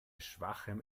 schwachem